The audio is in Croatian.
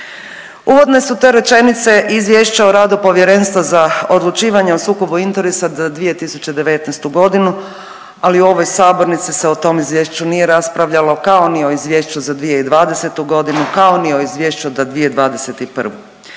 Uvodne su te rečenice izvješća o radu Povjerenstva za odlučivanje o sukobu interesa za 2019.g., ali u ovoj sabornici se o tom izvješću nije raspravljalo, kao ni o izvješću za 2020.g., kao ni o izvješću za 2021.g..